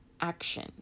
action